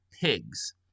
pigs